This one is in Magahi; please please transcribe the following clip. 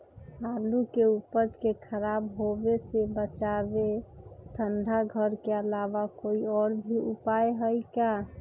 आलू के उपज के खराब होवे से बचाबे ठंडा घर के अलावा कोई और भी उपाय है का?